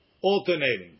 alternating